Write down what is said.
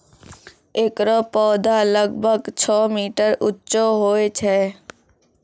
एकरो पौधा लगभग छो मीटर उच्चो होय छै